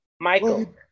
Michael